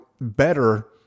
better